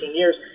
years